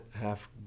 half